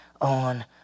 on